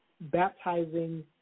baptizing